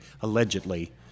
allegedly